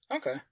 Okay